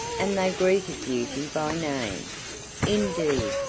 and they greeted beauty by name indeed,